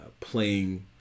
playing